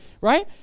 right